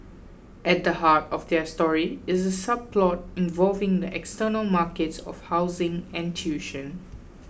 at the heart of their story is a subplot involving the external markets of housing and tuition